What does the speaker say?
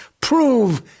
Prove